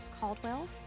caldwell